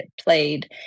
played